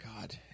God